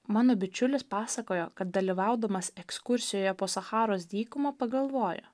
mano bičiulis pasakojo kad dalyvaudamas ekskursijoje po sacharos dykumą pagalvojo